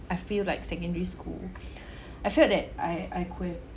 I feel like secondary school I felt that I I could have